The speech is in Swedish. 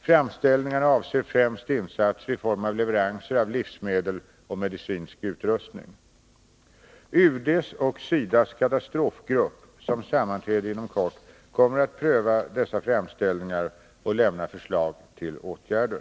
Framställningarna avser främst insatser i form av leveranser av livsmedel och medicinsk utrustning. UD:s och SIDA:s katastrofgrupp, som sammanträder inom kort, kommer att pröva dessa framställningar och lämna förslag till åtgärder.